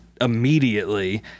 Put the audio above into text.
immediately